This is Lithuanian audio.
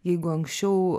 jeigu anksčiau